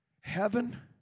Heaven